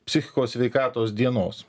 psichikos sveikatos dienos